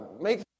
make